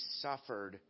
suffered